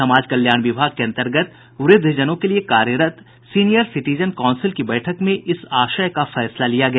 समाज कल्याण विभाग के अंतर्गत वृद्वजनों के लिए कार्यरत सीनियर सिटीजन काउंसिल की बैठक में इस आशय का फैसला लिया गया